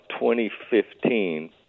2015